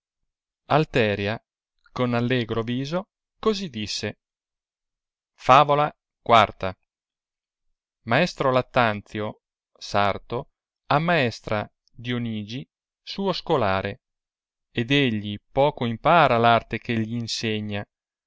ella con allegro viso così disse favola i maestro lattanzio sarto ammaestra dionigi suo scolare ed egli poco impara l'arte che gli insegna